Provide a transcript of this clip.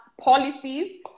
policies